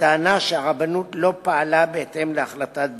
בטענה שהרבנות לא פעלה בהתאם להחלטת בג"ץ.